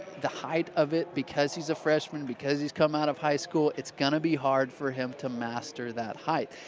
the height of it because he's a freshman, because he's come out of high school, it's going to be hard for him to master that height.